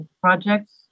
projects